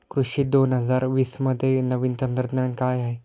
कृषी दोन हजार वीसमध्ये नवीन तंत्रज्ञान काय आहे?